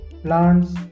plants